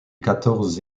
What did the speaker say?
quatorze